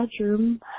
bedroom